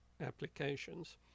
applications